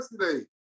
yesterday